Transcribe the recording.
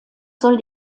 soll